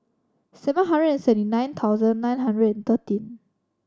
seven hundred seventy nine thousand nine hundred and thirteen